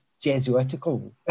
Jesuitical